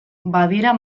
badira